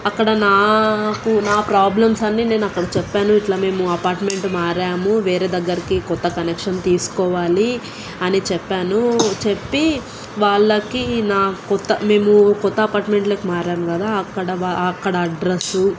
అక్కడ నాకు నా ప్రాబ్లమ్స్ అన్ని నేను అక్కడ చెప్పాను ఇట్లా మేము అపార్ట్మెంట్ మారాము వేరే దగ్గరికి క్రొత్త కనెక్షన్ తీసుకోవాలి అని చెప్పాను చెప్పి వాళ్ళకి నా క్రొత్త మేము క్రొత్త అపార్ట్మెంట్లోకి మారాము కదా అక్కడ అక్కడ అడ్రస్సు